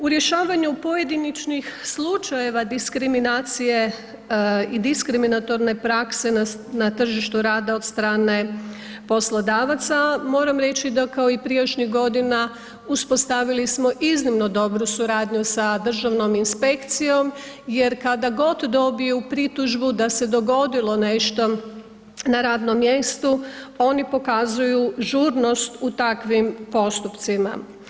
U rješavanju pojedinačnih slučajeva diskriminacije i diskriminatorne prakse na tržištu rada od strane poslodavaca, moram reći da kao prijašnjih godina, uspostavili smo iznimno dobru suradnju sa državnom inspekcijom jer kada godi dobiju pritužbu da se dogodilo nešto na radnom mjestu, oni pokazuju žurnost u takvim postupcima.